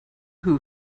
who